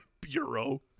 Bureau